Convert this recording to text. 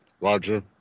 Roger